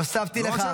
הוספתי לך.